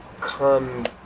come